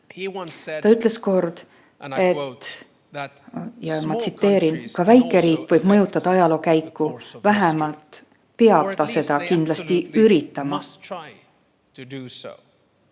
Ta ütles kord, ma tsiteerin: "Ka väikeriik võib mõjutada ajaloo käiku. Vähemalt peab ta seda kindlasti üritama.